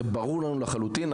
זה ברור לנו לחלוטין.